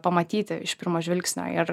pamatyti iš pirmo žvilgsnio ir